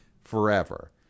forever